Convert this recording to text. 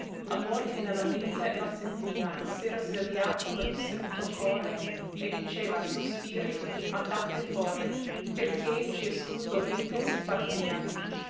amor che ne la mente la sentia s'era svegliato nel destrutto core e diceva a sospiri andate fore per che ciascun dolente si partia